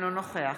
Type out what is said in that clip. אינו נוכח